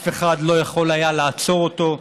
אף אחד לא יכול היה לעצור אותו,